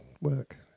work